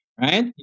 Right